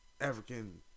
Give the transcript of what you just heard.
African